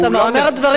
אתה אומר דברים,